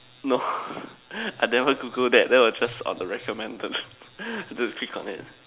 no I never Google that that was just on the recommended dude click on it